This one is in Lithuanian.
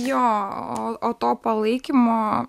jo o o to palaikymo